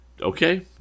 okay